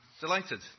delighted